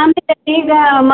ಆಮೇಲೆ ಈಗ ಮ